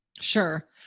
Sure